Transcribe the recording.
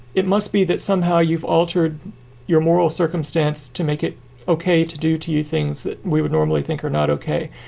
it must be that somehow you've altered your moral circumstance to make it ok, to do to you things that we would normally think are not ok.